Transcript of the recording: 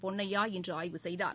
பொன்னையா இன்றுஆய்வு செய்தார்